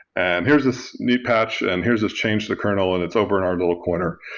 and here's this neat patch and here's this change to the kernel and it's over in our little corner.